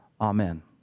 Amen